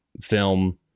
film